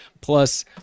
plus